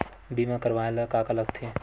बीमा करवाय ला का का लगथे?